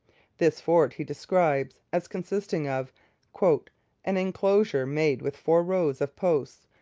this fort he describes as consisting of an enclosure made with four rows of posts,